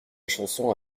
chanson